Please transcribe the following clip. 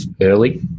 early